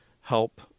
help